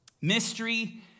Mystery